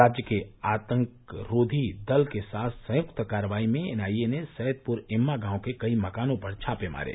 राज्य के आतंकरोधी दल के साथ संयुक्त कार्रवाई में एनआईए ने सैदपुर इम्मा गांव के कई मकानों पर छापे मारे